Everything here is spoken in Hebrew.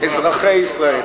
אזרחי ישראל.